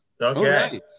Okay